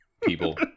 people